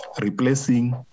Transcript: replacing